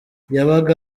yabaga